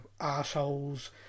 assholes